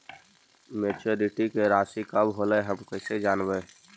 Maturity के रासि कब होलै हम कैसे जानबै?